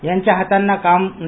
यांच्या हातांना काम नाही